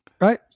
Right